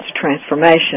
transformation